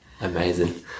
amazing